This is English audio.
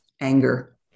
anger